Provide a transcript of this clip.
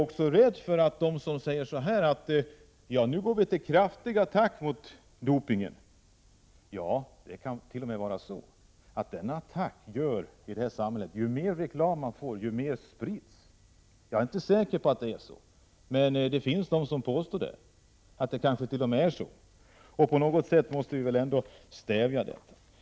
När man säger att vi nu skall gå till kraftig attack mot dopingen, är jag rädd för att det i detta samhälle t.o.m. kan vara så att ju mer reklam det blir, desto mer sprids företeelsen. Jag är inte säker på att det är så, men det finns de som påstår det. På något sätt måste vi väl ändå stävja denna företeelse.